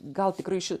gal tikrai ši